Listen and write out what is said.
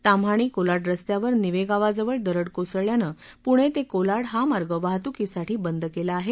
ताम्हाणी कोलाड रस्त्यावर नीवे गावाजवळ दरड कोसळल्यानं पुणे ते कोलाड हा मार्ग वाहतुकीसाठी बंद केला आहे